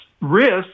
risks